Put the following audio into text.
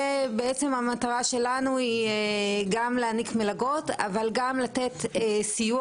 והמטרה שלנו היא גם להעניק מלגות אבל גם לתת סיוע